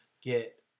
get